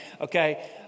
Okay